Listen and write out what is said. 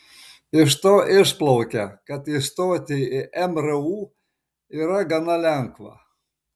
iš to išplaukia kad įstoti į mru yra gana lengva